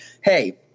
Hey